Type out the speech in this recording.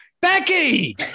becky